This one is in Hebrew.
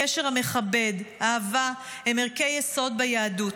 הקשר המכבד, האהבה, הם ערכי יסוד ביהדות.